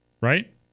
right